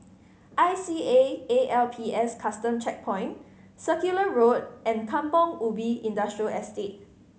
I C A A L P S Custom Checkpoint Circular Road and Kampong Ubi Industrial Estate